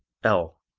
l.